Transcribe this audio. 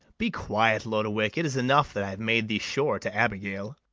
be quiet, lodowick it is enough that i have made thee sure to abigail.